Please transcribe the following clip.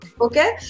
Okay